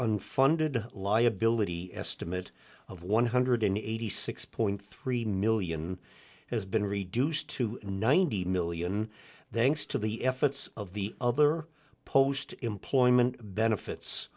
unfunded liability estimate of one hundred eighty six point three million has been reduced to ninety million then to the efforts of the other post employment benefits